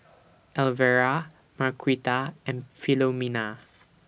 Elvera Marquita and Philomena